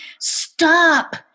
stop